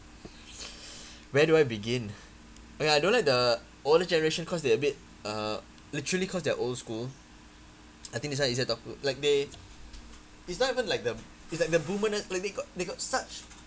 where do I begin okay I don't like the older generation because they a bit uh literally because they're old school I think this one easier talk to like they it's not even like the it's like the like they got they got such